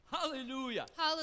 Hallelujah